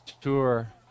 tour